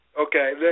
okay